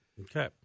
Okay